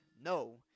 No